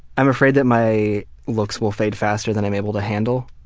i'm afraid that my looks will fade faster than i'm able to handle.